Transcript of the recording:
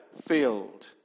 field